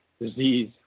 disease